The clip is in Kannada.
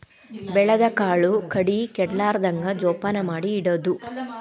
ಬೆಳದ ಕಾಳು ಕಡಿ ಕೆಡಲಾರ್ದಂಗ ಜೋಪಾನ ಮಾಡಿ ಇಡುದು